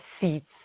seats